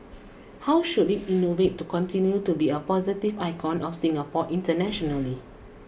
how should it innovate to continue to be a positive icon of Singapore internationally